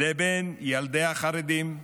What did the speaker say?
לבין ילדי החרדים,